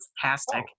fantastic